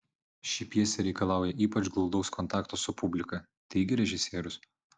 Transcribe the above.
ši pjesė reikalauja ypač glaudaus kontakto su publika teigė režisierius